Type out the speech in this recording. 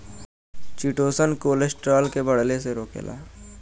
chitosan cholesterol के बढ़ले से रोकेला